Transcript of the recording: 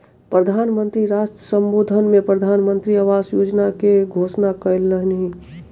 प्रधान मंत्री राष्ट्र सम्बोधन में प्रधानमंत्री आवास योजना के घोषणा कयलह्नि